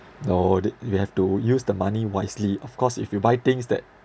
no they you have to use the money wisely of course if you buy things that